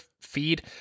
feed